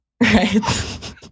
Right